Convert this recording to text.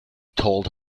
told